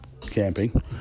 camping